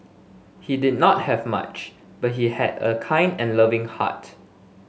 he did not have much but he had a kind and loving heart